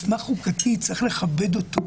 זה מסמך חוקתי, צריך לכבד אותו.